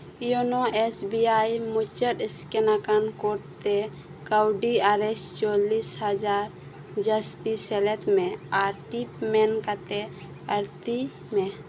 YONO S B I ᱟᱨ ᱢᱩᱪᱟᱹᱫ scan ᱟᱠᱟᱱ ᱠᱳᱰ ᱛᱮ ᱠᱟᱹᱣᱰᱤ ᱟᱨ ᱮᱥ ᱪᱚᱞᱞᱤᱥ ᱦᱟᱡᱟᱨ ᱡᱟᱹᱥᱛᱤ ᱥᱮᱞᱮᱫ ᱢᱮ ᱟᱨ ᱴᱤᱯ ᱢᱮᱱ ᱠᱟᱛᱮ ᱟᱹᱲᱛᱤᱭᱟᱜ ᱢᱮ